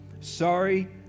Sorry